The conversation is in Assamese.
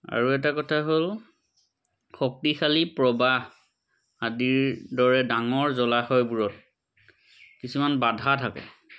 আৰু এটা কথা হ'ল শক্তিশালী প্ৰবাহ আদিৰ দৰে ডাঙৰ জলাশয়বোৰত কিছুমান বাধা থাকে